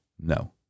No